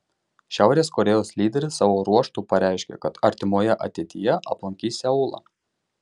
šiaurės korėjos lyderis savo ruožtu pareiškė kad artimoje ateityje aplankys seulą